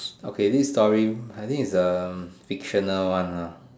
okay this story I think it's um fictional one lah